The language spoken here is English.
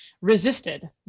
resisted